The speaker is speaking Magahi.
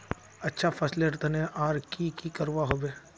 अच्छा फसलेर तने आर की की करवा होबे?